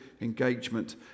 engagement